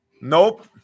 nope